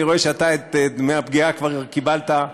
אני רואה שאתה את דמי הפגיעה כבר קיבלת.